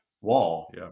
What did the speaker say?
wall